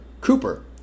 cooper